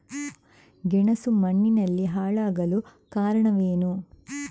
ಗೆಣಸು ಮಣ್ಣಿನಲ್ಲಿ ಹಾಳಾಗಲು ಕಾರಣವೇನು?